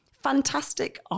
fantastic